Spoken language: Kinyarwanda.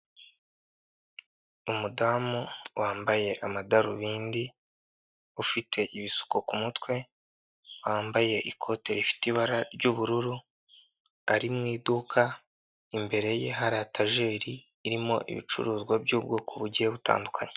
Umudamu wambaye amadarubindi, ufite ibisuko ku mutwe, wambaye ikote rifite ibara ry'ubururu ari mu iduka, imbere ye hari etageri irimo ibicuruzwa by'ubwoko bugiye butandukanye.